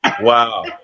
Wow